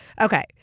Okay